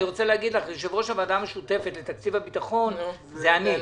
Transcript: אני רוצה לומר לך שיושב ראש הוועדה המשותפת לתקציב הביטחון זה אני.